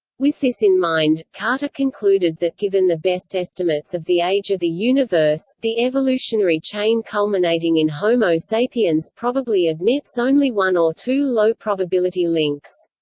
with this in mind, carter concluded that given the best estimates of the age of the universe, the evolutionary chain culminating in homo sapiens probably admits only one or two low probability links.